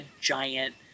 giant